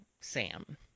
Sam